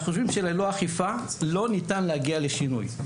אנחנו חושבים שללא אכיפה, לא ניתן להגיע לשינוי.